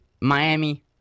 Miami